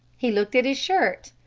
he looked at his shirt.